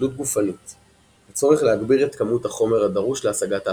תלות גופנית – הצורך להגביר את כמות החומר הדרוש להשגת ההשפעה.